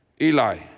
Eli